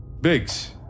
Biggs